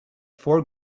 four